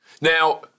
Now